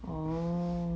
oh